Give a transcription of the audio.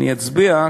אני אצביע,